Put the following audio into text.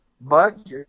budget